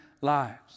lives